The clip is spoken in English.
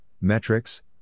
metrics